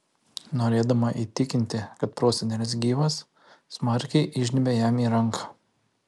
norėdama įtikinti kad prosenelis gyvas smarkiai įžnybia jam į ranką